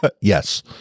Yes